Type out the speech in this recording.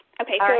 Okay